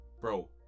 Bro